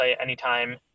anytime